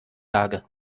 lage